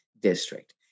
district